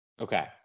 okay